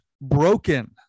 broken